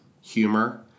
humor